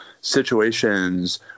situations